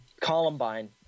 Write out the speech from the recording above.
Columbine